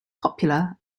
popular